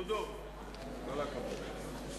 דודו, כל הכבוד.